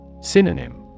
Synonym